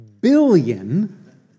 billion